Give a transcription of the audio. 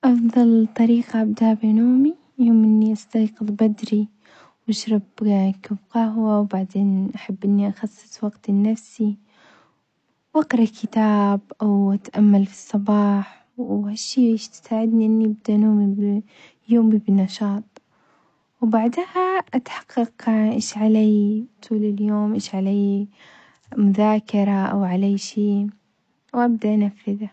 أفظل طريقة أبدأ بنومي يوم إني أستيقظ بدري وأشرب كوب قهوة وبعدين أحب إني أخصص وقت لنفسي، وأقرأ كتاب أو أتأمل في الصباح وهالشي يساعدني إني إبدأ نومي-يومي بنشاط وبعدها أتحقق إيش عليّ طول اليوم إيش عليّ مذاكرة أو عليّ شي، وأبدأ نفذها.